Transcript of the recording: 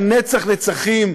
לנצח נצחים,